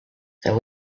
there